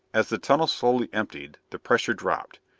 as the tunnel slowly emptied the pressure dropped,